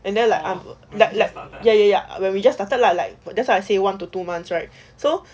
and then like let let ya ya ya when we just started lah like that's why I say one to two months right so